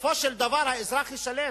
בסופו של דבר האזרח ישלם.